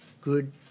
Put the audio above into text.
good